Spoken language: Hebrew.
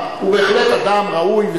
הוא בהחלט אדם ראוי,